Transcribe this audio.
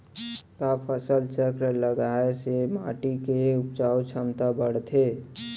का फसल चक्र लगाय से माटी के उपजाऊ क्षमता बढ़थे?